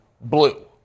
blue